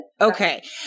Okay